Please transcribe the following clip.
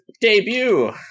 debut